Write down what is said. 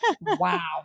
wow